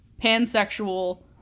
pan-sexual